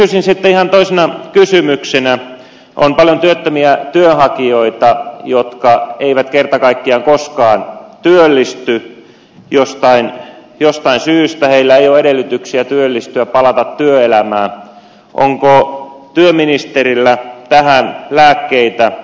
kysyisin sitten ihan toisena kysymyksenä kun on paljon työttömiä työnhakijoita jotka eivät kerta kaikkiaan koskaan työllisty jostain syystä heillä ei ole edellytyksiä työllistyä palata työelämään onko työministerillä tähän lääkkeitä